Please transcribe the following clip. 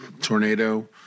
tornado